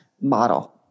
model